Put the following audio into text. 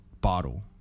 bottle